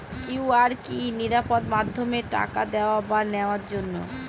QR কি নিরাপদ মাধ্যম টাকা দেওয়া বা নেওয়ার জন্য?